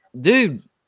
dude